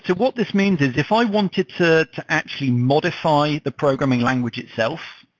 what this means is, if i wanted to to actually modify the programming language itself,